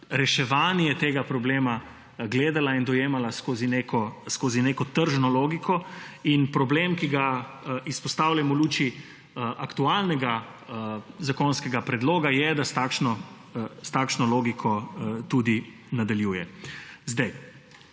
reševanje tega problema gledala in dojemala skozi neko tržno logiko. Problem, ki ga izpostavljam v luči aktualnega zakonskega predloga, je, da s takšno logiko tudi nadaljuje. Vsaj